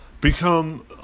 become